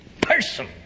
person